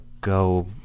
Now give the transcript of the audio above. go